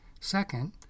Second